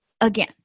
Again